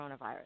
coronavirus